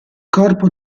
corpo